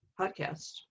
podcast